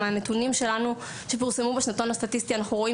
מנתונים שלנו שפורסמו בשנתון הסטטיסטי אנחנו רואים